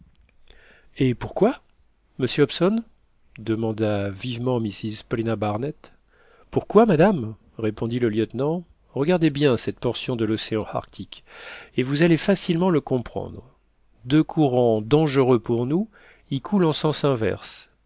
et pourquoi monsieur hobson demanda vivement mrs paulina barnett pourquoi madame répondit le lieutenant regardez bien cette portion de l'océan arctique et vous allez facilement le comprendre deux courants dangereux pour nous y coulent en sens inverse